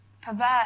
perverse